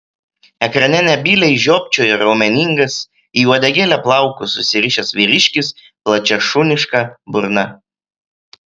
ekrane nebyliai žiopčiojo raumeningas į uodegėlę plaukus susirišęs vyriškis plačia šuniška burna